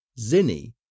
Zinni